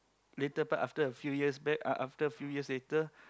later part after a few years back uh after a few years later